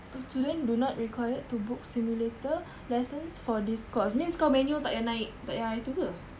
oh student do not required to book simulator lessons for this course means kau manual tak yah naik tak yah itu ke